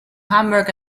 hamburg